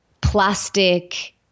plastic